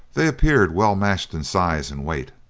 they appeared well-matched in size and weight.